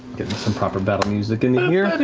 getting some proper battle music and um yeah